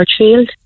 Churchfield